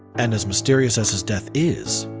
and as mysterious as his death is,